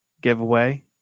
giveaway